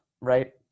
right